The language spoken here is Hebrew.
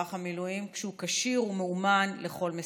מערך מילואים שהוא כשיר ומאומן לכל משימה.